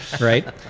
right